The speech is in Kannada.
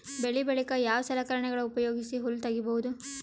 ಬೆಳಿ ಬಳಿಕ ಯಾವ ಸಲಕರಣೆಗಳ ಉಪಯೋಗಿಸಿ ಹುಲ್ಲ ತಗಿಬಹುದು?